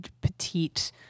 petite